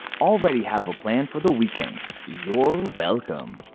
already have a plan for the weekend! you're welcome!